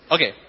Okay